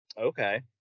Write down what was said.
Okay